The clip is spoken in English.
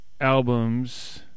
albums